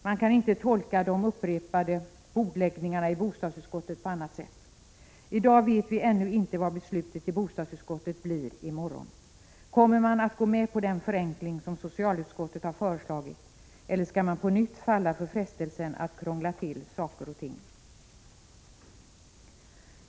Man kan inte tolka de upprepade bordläggningarna i bostadsutskottet på annat sätt. I dag vet vi ännu inte vad beslutet i bostadsutskottet blir i morgon. Kommer man att gå med på den förenkling som socialutskottet föreslagit eller skall man på nytt falla för frestelsen att krångla till saker och ting?